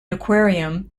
aquarium